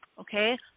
Okay